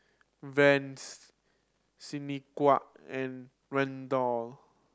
Vines Shaniqua and Randall